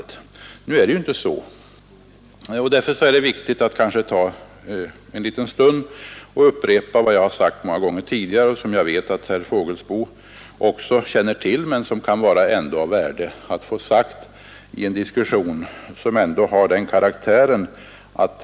Nu är det ju inte så, och därför är det viktigt att ta en liten stund i anspråk för att upprepa vad jag sagt många gånger tidigare i dessa sammanhang. Jag vet visserligen att även herr Fågelsbo känner till det, men det kan ändå vara av värde att få det sagt i en diskussion, som skall vara framåtsyftande.